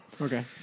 Okay